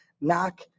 knock